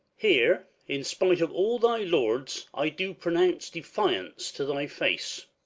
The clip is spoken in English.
here, in spite of all thy lords, i do pronounce defiance to thy face.